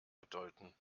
bedeuten